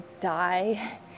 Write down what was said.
die